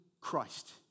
Christ